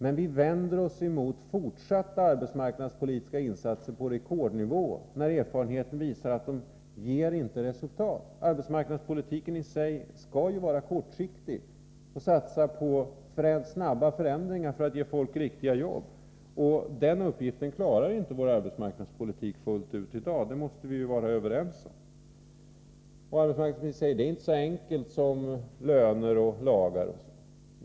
Men vi vänder oss mot fortsatta arbetsmarknadspolitiska insatser på rekordnivå, när erfarenheten visar att de inte ger resultat. Arbetsmarknadspolitiken i sig skall ju vara kortsiktig och satsa på snabba förändringar för att ge folk riktiga jobb. Den uppgiften klarar inte vår arbetsmarknadspolitik fullt ut i dag — det måste vi ju vara överens om. Arbetsmarknadsministern säger att det inte är så enkelt som löner och lagar.